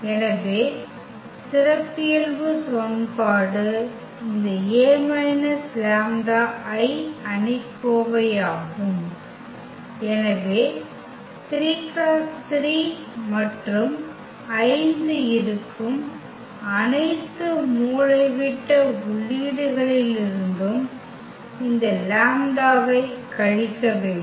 எனவே சிறப்பியல்பு சமன்பாடு இந்த A − λI அணிக்கோவையாகும் எனவே 3 × 3 மற்றும் 5 இருக்கும் அனைத்து மூலைவிட்ட உள்ளீடுகளிலிருந்தும் இந்த லாம்ப்டாவைக் கழிக்க வேண்டும்